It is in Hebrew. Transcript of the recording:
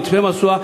גבעת-משואה,